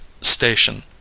station